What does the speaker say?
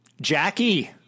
Jackie